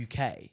UK